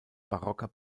barocker